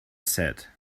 said